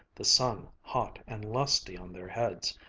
the sun hot and lusty on their heads,